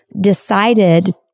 decided